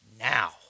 now